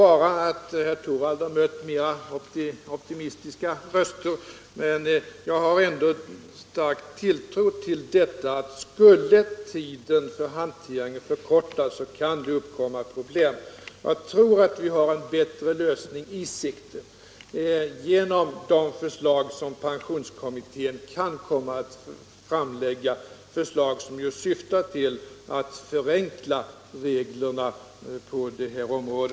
Herr Torwald har måhända hört mera optimistiska röster, men jag tror ändå att problem kan uppkomma om tiden för handläggningen förkortas. Vi har säkerligen en bättre lösning i sikte genom de förslag som pensionskommittén kan komma att framlägga — förslag som syftar till att förenkla reglerna på detta område.